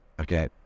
Okay